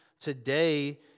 today